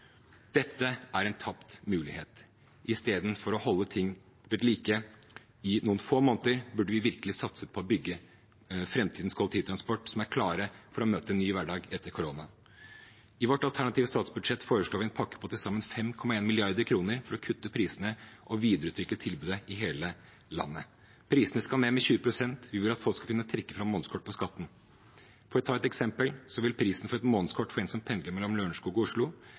Dette er en tapt mulighet. Istedenfor å holde ting ved like i noen få måneder burde vi virkelig satset på å bygge framtidens kollektivtransport som er klar for å møte en ny hverdag etter korona. I vårt alternative statsbudsjett foreslår vi en pakke på til sammen 5,1 mrd. kr for å kutte prisene og videreutvikle tilbudet i hele landet. Prisene skal ned med 20 pst., og vi vil at folk skal kunne trekke fra månedskort på skatten. For å ta et eksempel vil prisen for et månedskort for en som pendler mellom Lørenskog og Oslo,